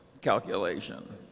calculation